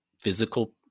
physical